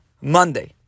Monday